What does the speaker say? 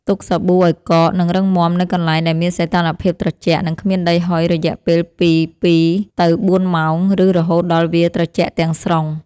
ទុកសាប៊ូឱ្យកក និងរឹងមាំនៅកន្លែងដែលមានសីតុណ្ហភាពត្រជាក់ និងគ្មានដីហុយរយៈពេលពី ២ ទៅ ៤ ម៉ោង ឬរហូតដល់វាត្រជាក់ទាំងស្រុង។